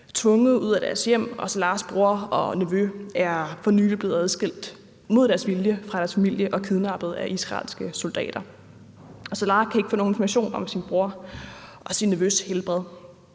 tvunget ud af deres hjem, og Salahs bror og nevø er for nylig mod deres vilje blevet adskilt fra deres familie og kidnappet af israelske soldater. Salah kan ikke få nogen information om sin brors og sin nevøs helbred.